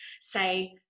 Say